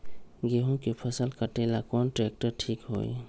गेहूं के फसल कटेला कौन ट्रैक्टर ठीक होई?